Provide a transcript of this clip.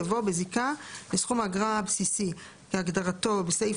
יבוא "בזיקה לסכום האגרה הבסיסי כהגדרתו בסעיף